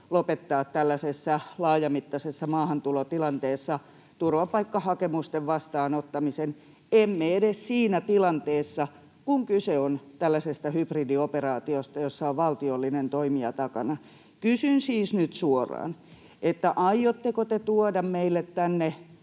lopettaa tällaisessa laajamittaisessa maahantulotilanteessa turvapaikkahakemusten vastaanottamisen — emme edes siinä tilanteessa, kun kyse on tällaisesta hybridioperaatiosta, jossa on valtiollinen toimija takana. Kysyn siis nyt suoraan: aiotteko te tuoda meille tänne